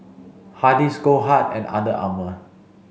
Hardy's Goldheart and Under Armour